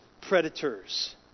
predators